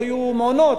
לא יהיו מעונות,